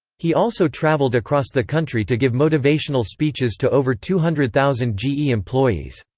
he also traveled across the country to give motivational speeches to over two hundred thousand ge employees.